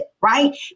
right